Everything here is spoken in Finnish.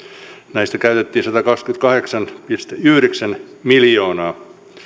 näistä käytettiin satakaksikymmentäkahdeksan pilkku yhdeksän miljoonaa